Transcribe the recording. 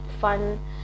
fun